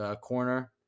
Corner